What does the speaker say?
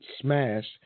smashed